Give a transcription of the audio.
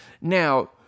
Now